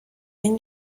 این